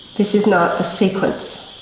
this is not a sequence.